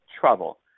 trouble